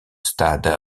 stade